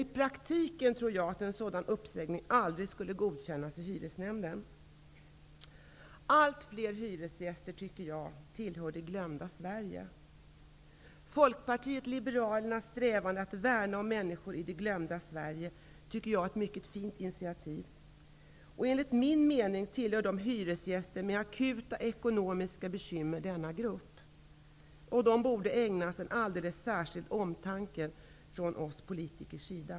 I praktiken tror jag att en sådan uppsägning aldrig skulle godkännas i hyresnämnden. Allt fler hyresgäster tillhör det glömda Sverige. Folkpartiet liberalernas strävan att värna om människor i det glömda Sverige är ett mycket fint initiativ. Enligt min mening tillhör hyresgäster med akuta ekonomiska bekymmer denna grupp. De borde ägnas en alldeles särskild omtanke från oss politiker.